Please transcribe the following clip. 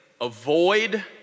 avoid